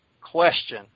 question